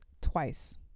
twice